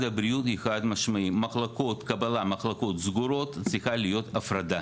הבריאות היא חד משמעית מחלקות סגורות צריכה להיות הפרדה.